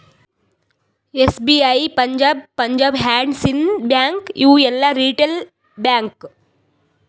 SBI, Punjab, Punjab and Sind bank ಇವು ಎಲ್ಲಾ retail bank